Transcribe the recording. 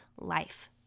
life